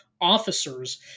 officers